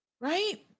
Right